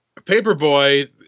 Paperboy